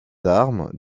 armes